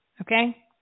Okay